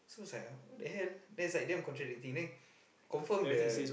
so it's like !huh! what the hell then it's like damn contradicting then confirm the